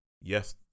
yes